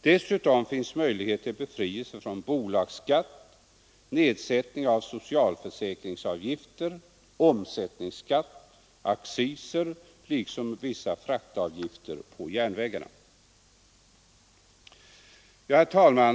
Dessutom finns möjlighet till befrielse från bolagsskatt och nedsättning av socialförsäkringsavgifter, omsättningsskatt, acciser liksom av vissa fraktavgifter på järnvägarna. Herr talman!